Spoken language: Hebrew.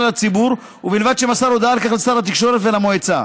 הציבור ובלבד שמסר הודעה על כך לשר התקשורת ולמועצה.